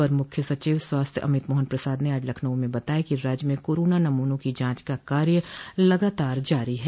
अपर मुख्य सचिव स्वास्थ्य अमित मोहन प्रसाद ने आज लखनऊ में बताया कि राज्य में कोरोना नमूनों की जांच का कार्य लगातार जारी है